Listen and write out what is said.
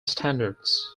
standards